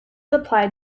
applied